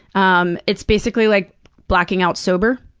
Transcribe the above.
um it's basically like blacking out sober.